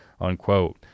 Unquote